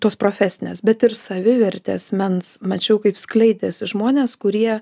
tos profesinės bet ir savivertė asmens mačiau kaip skleidėsi žmonės kurie